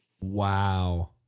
Wow